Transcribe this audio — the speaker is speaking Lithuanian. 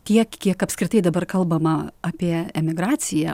tiek kiek apskritai dabar kalbama apie emigraciją